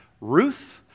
Ruth